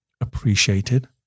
appreciated